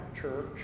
church